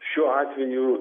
šiuo atveju